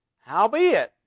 Howbeit